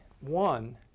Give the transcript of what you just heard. one